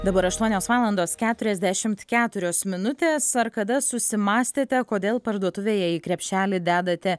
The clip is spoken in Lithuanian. dabar aštuonios valandos keturiasdešimt keturios minutės ar kada susimąstėte kodėl parduotuvėje į krepšelį dedate